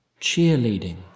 Cheerleading